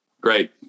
great